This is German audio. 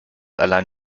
allein